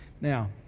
Now